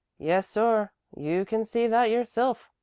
yes, sor, you can see that yoursilf,